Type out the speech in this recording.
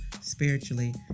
spiritually